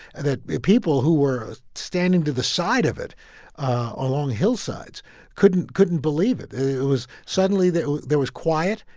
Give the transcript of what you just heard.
the people who were standing to the side of it along hillsides couldn't couldn't believe it. it was suddenly, there there was quiet,